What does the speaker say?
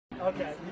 okay